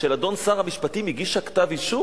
של אדון שר המשפטים הגישה כתב-אישום?